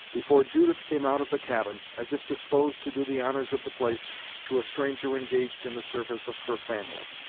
before judith came out of the cabin, as if disposed to do the honors of the place to a stranger engaged in the service of her family.